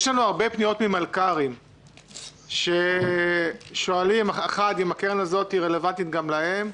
יש לנו הרבה פניות ממלכ"רים ששואלים: האם הקרן הזאת רלוונטית גם להם?